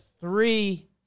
three